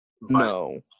No